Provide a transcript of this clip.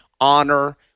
honor